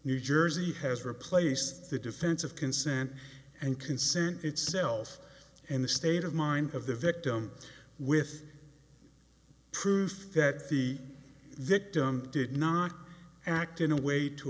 new jersey has replaced the defense of consent and consent itself and the state of mind of the victim with proof that the victim did not act in a way to